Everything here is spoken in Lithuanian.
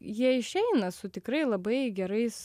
jie išeina su tikrai labai gerais